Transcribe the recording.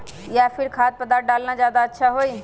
या फिर खाद्य पदार्थ डालना ज्यादा अच्छा होई?